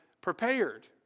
prepared